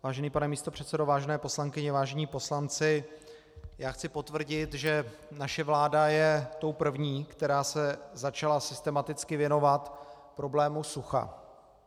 Vážený pane místopředsedo, vážené poslankyně, vážení poslanci, chci potvrdit, že naše vláda je tou první, která se začala systematicky věnovat problému sucha.